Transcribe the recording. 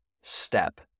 step